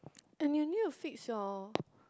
and you need to fix your